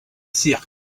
cirque